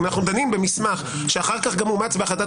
אם אנחנו דנים במסמך שאחר כך גם אומץ בהחלטת